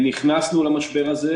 נכנסנו למשבר הזה,